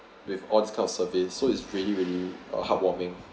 with all this kind of service so it's really really are heartwarming